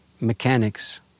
mechanics